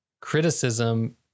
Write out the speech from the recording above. criticism